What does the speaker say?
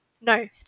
No